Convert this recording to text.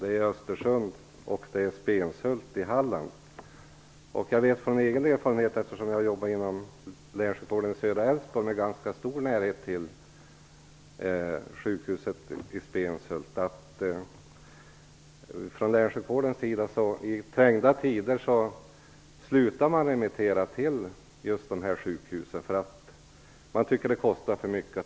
Dessa sjukhus finns i Östersund och i Stenshult i Eftersom jag jobbar inom länssjukvården i södra Älvsborg vet jag av egen erfarenhet att man från länssjukvården upphör att remittera till just dessa sjukhus i trängda tider. Man tycker att det kostar för mycket.